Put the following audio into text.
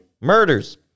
murders